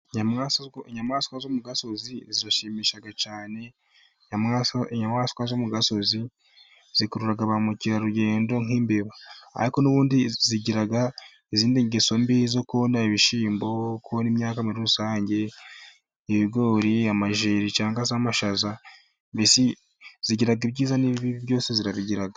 Inyamaswa, inyamaswa zo mu gasozi zirashimisha cyane, inyamaswa zo mu gasozi zikurura ba mukerarugendo nk'imbeba, ariko n'ubundi zigira izindi ngeso mbi zo kona ibishyimbo Kona imyaka muri rusange, ibigori, amajyeri cyangwa se amashaza zigira ibyiza n'ibibi byose zirabigira.